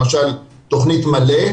למשל תכנית מל"א,